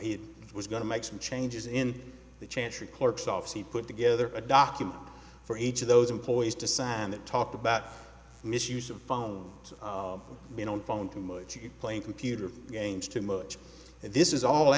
he was going to make some changes in the chancery clerk's office he put together a document for each of those employees to sign that talked about misuse of phone you know phone too much playing computer games too much and this is all